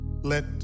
Let